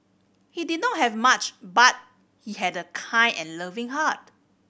he did not have much but he had a kind and loving heart